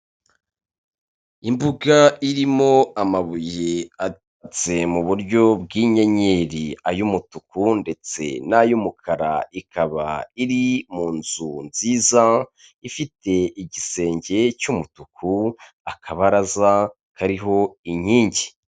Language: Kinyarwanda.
Imbuga irimo amabuye atatse mu buryo bw'inyenyeri ay'umutuku ndetse n'ay'umukara ikaba iri mu inzu nziza ifite igisenge cy'umutuku akabaraza harihori inkingi.